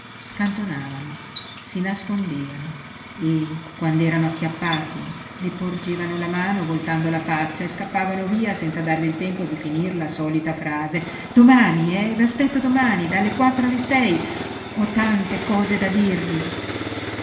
lontano scantonavano si nascondevano e quand'erano acchiappati le porgevano la mano voltando la faccia e scappavano via senza darle il tempo di finir la solita frase domani eh v'aspetto domani dalle quattro alle sei ho tante cose da dirvi